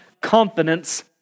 confidence